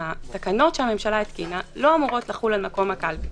התקנות שהממשלה התקינה לא אמורות לחול על מקום הקלפי,